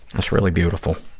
that's really beautiful.